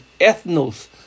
ethnos